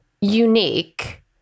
unique